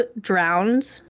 drowned